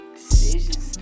Decisions